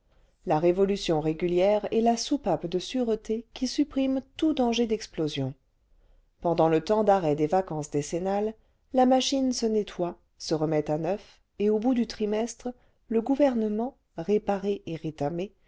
la révolution régulière est la soupape de sûreté qui supprime tout danger d'explosion pendant le temps d'arrêt des vacances décennales la machine se nettoie se remet à neuf et au bout du trimestre le gouvernement réparé et rétamé